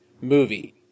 movie